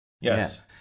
Yes